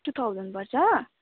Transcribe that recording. two thousand पर्छ